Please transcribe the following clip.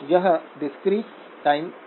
यह डिस्क्रीट-टाइम है